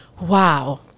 wow